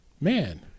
man